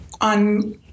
on